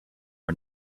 are